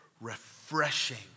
refreshing